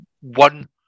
one